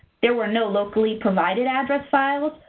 there were no locally provided address files,